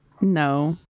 No